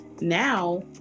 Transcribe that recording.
now